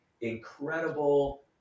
incredible